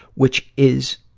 which is,